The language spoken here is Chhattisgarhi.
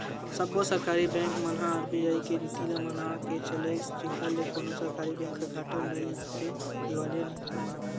सब्बो सरकारी बेंक मन ह आर.बी.आई के नीति ल मनाके चले जेखर ले कोनो सरकारी बेंक ह घाटा नइते दिवालिया नइ होवय